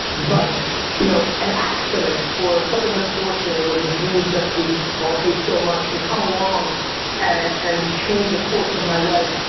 but you know an accident or something unfortunate or a disease that we all hate so much can come along and change the course of my life.